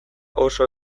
oso